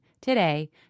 today